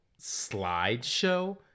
slideshow